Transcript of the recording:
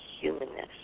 humanness